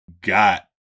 got